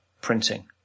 printing